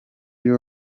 you